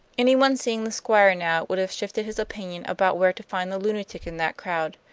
anyone seeing the squire now would have shifted his opinion about where to find the lunatic in that crowd.